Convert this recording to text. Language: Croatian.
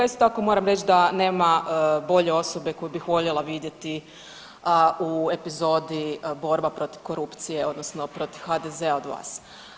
Isto tako moram reć da nema bolje osobe koju bih voljela vidjeti u epizodi borba protiv korupcije odnosno protiv HDZ-a od vas.